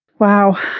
Wow